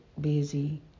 busy